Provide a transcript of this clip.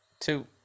two